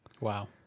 Wow